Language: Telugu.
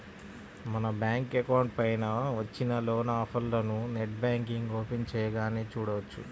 మన బ్యాంకు అకౌంట్ పైన వచ్చిన లోన్ ఆఫర్లను నెట్ బ్యాంకింగ్ ఓపెన్ చేయగానే చూడవచ్చు